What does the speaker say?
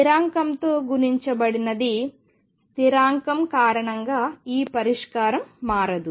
స్థిరాంకంతో గుణించబడినది స్థిరాంకం కారణంగా ఈ పరిష్కారం మారదు